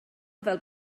fel